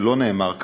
שלא נאמר כאן: